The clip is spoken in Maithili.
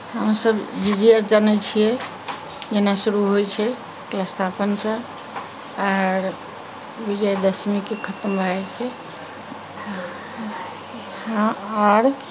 हमसब झिझिया जनै छियै जेना शुरू होइ छै कलशस्थापनसँ आर विजयदशमीके खतम भए जाइ छै हँ आओर